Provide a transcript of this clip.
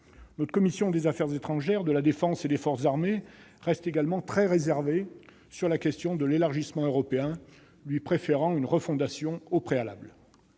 Notre commission des affaires étrangères, de la défense et des forces armées reste également très réservée sur la question de l'élargissement européen, lui préférant une refondation au préalable.